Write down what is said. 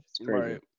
right